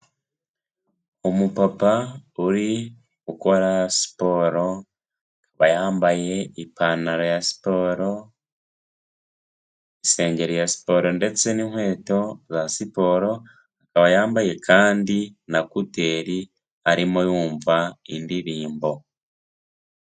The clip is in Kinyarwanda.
Umupapa uri gukora siporo, akaba yambaye ipantaro ya siporo, isengeri ya siporo ndetse n'inkweto za siporo, akaba yambaye kandi na kuteri arimo yumva indirimbo.